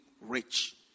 rich